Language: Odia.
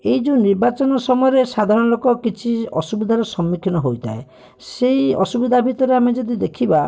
ଏଇ ଯୋଉ ନିର୍ବାଚନ ସମୟରେ ସାଧାରଣ ଲୋକ କିଛି ଅସୁବିଧାର ସମ୍ମୁଖୀନ ହୋଇଥାଏ ସେଇ ଅସୁବିଧା ଭିତରେ ଆମେ ଯଦି ଦେଖିବା